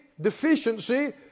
deficiency